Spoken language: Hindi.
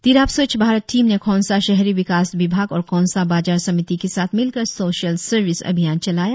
तिरप स्वच्छ भारत टीम ने खोंसा शहरी विकास विभाग और खोंसा बाजार समिति के साथ मिलकर सोशल सर्विस अभियान चलाया